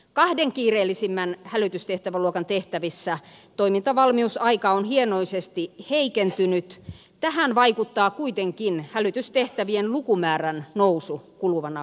kahden kiireellisimmän hälytystehtäväluokan tehtävissä toimintavalmiusaika on hienoisesti heikentynyt tähän vaikuttaa kuitenkin hälytystehtävien lukumäärän nousu kuluvana vuonna